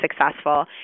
successful